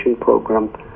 Program